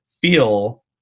feel